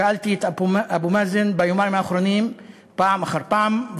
שאלתי את אבו מאזן ביומיים האחרונים פעם אחר פעם,